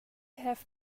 have